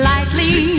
Lightly